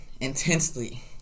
intensely